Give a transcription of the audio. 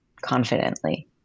confidently